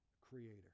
creator